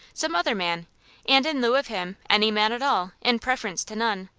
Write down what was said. some other man and in lieu of him, any man at all, in preference to none.